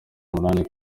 umunani